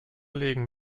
legen